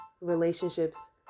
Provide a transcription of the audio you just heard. relationships